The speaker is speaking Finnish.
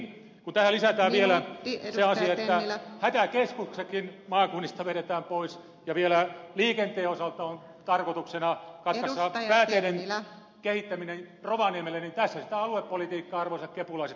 kun tähän lisätään vielä se asia että hätäkeskuksetkin maakunnista vedetään pois ja vielä liikenteen osalta on tarkoituksena katkaista pääteiden kehittäminen rovaniemelle niin tässä sitä aluepolitiikkaa arvoisat kepulaiset nyt sitten nykyään on